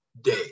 day